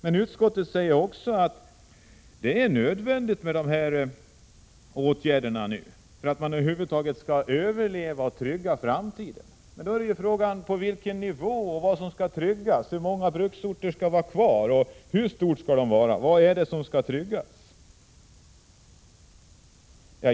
Utskottet säger också att det är nödvändigt med dessa åtgärder för att företaget över huvud taget skall överleva och framtiden skall tryggas. Men då är frågan: Vad är det som skall tryggas och på vilken nivå? Hur många bruksorter vill man ha kvar?